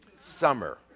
Summer